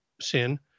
sin